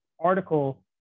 article